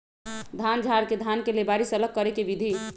धान झाड़ के धान के लेबारी से अलग करे के विधि